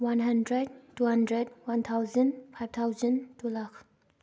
one hundred two hundred one thousand five thousand two lakh